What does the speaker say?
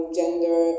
gender